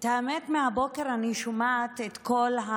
האמת, מהבוקר אני שומעת את כל,